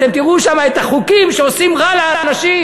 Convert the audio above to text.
אתם תראו שם את החוקים שעושים רע לאנשים.